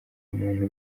umuntu